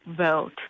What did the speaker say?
vote